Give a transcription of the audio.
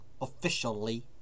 Officially